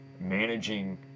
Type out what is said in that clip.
managing